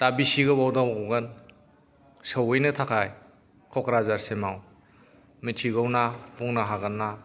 दा बिसि गोबाव नांबावगोन सौहैनो थाखाय क'क्राझारसिमाव मिथिगौना बुंनो हागोन ना